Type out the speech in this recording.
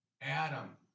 Adam